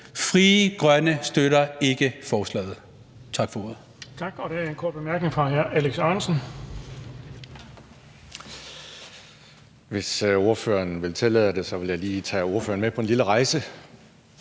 Frie Grønne støtter ikke forslaget.